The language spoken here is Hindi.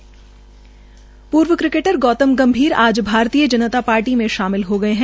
़्र्व क्रिकेटर गौतम गंभीर आज भारतीय जनता शार्टी में शामिल हो गये है